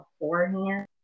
beforehand